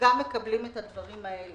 הוא יקבל את הדברים האלה.